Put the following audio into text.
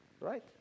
Right